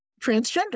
Transgender